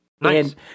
Nice